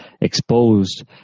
exposed